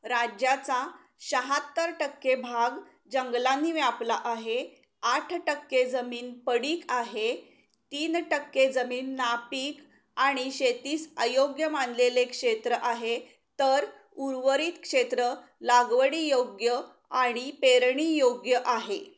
राज्याचा शहात्तर टक्के भाग जंगलांनी व्यापला आहे आठ टक्के जमीन पडीक आहे तीन टक्के जमीन नापीक आणि शेतीस अयोग्य मानलेले क्षेत्र आहे तर उर्वरित क्षेत्र लागवडीयोग्य आणि पेरणीयोग्य आहे